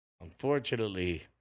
Unfortunately